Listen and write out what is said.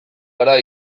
gara